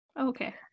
Okay